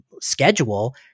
schedule